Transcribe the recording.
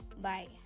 Bye